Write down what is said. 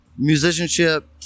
musicianship